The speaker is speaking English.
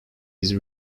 his